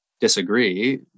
disagree